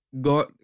God